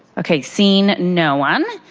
okay seeing no one.